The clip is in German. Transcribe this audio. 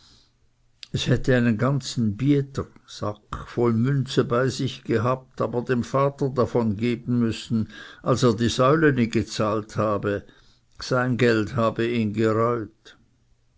es hätte einen ganzen bieter voll münze bei sich gehabt aber dem vater davon geben müssen als er die säuleni gezahlt habe sein geld habe ihn gereut